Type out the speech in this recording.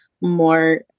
more